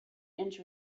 inch